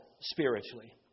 spiritually